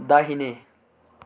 दाहिने